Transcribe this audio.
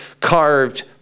carved